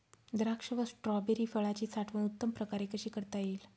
द्राक्ष व स्ट्रॉबेरी फळाची साठवण उत्तम प्रकारे कशी करता येईल?